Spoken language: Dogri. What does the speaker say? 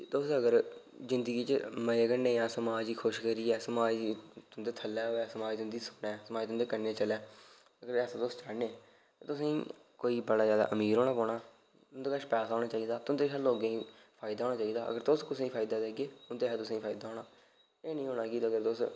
तुस अगर जिंदगी च मजे कन्नै जां समाज गी खुश करियै समाज तुं'दे थल्लै होऐ समाज तुं'दी सुनै समाज तुं'दे कन्नै चलै जे अस तुस चाहन्ने तुसेंगी कोई बड़ा ज्यादा अमीर होना पौना तुं'दे कश पैसा होना चाहिदा तुंदे शा लोगें गी फायदा होना चाहिदा अगर तुस कुसै गी फायदा देगे उन्दे शां तुसेंगी फायदा होना एह् नीं होना कि अगर तुस